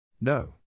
No